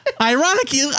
Ironically